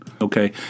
Okay